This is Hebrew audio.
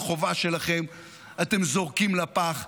כל חובה שלכם אתם זורקים לפח,